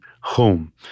home